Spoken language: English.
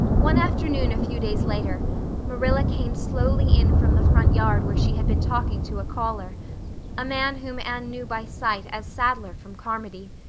one afternoon a few days later marilla came slowly in from the front yard where she had been talking to a caller a man whom anne knew by sight as sadler from carmody.